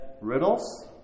riddles